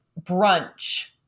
brunch